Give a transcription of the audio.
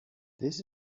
this